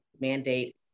mandate